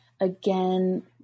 again